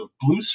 Blue